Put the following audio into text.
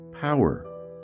Power